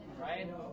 right